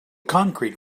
concrete